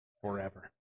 forever